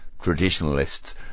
traditionalists